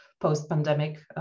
post-pandemic